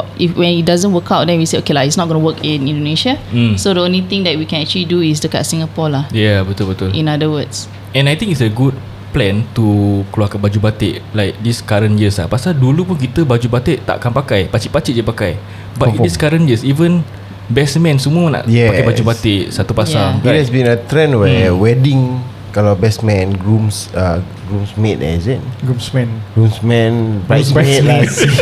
If when it doesn't work out, then we say, "Okay lah, it's not gonna work in Indonesia." Hmm. So the only thing that we can actually do is dekat Singapore lah. Yeah, betul, betul. In other words. And I think it's a good plan to keluarkan baju batik, like, this current years lah. Pasal dulu pun kita baju batik takkan pakai, pacik-pacik je pakai. But in this Confirm. current years, even best man semua nak pakai baju Yes. batik, satu pasang, Yeah. It right? has been a trend where Hmm. wedding, kalau best man, grooms- uh, groomsmaid, eh, is it? Groomsman. Groomsman, best man lah. Best man.